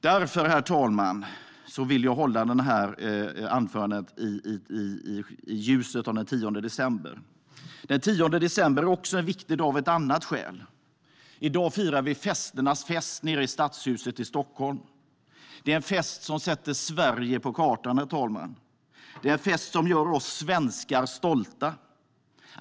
Därför, herr talman, vill jag hålla detta anförande i ljuset av den 10 december. Den 10 december är en viktig dag också av ett annat skäl. I dag firar vi med festernas fest nere i Stadshuset i Stockholm. Det är en fest som sätter Sverige på kartan, herr talman. Det är en fest som gör oss svenskar stolta.